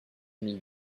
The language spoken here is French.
mille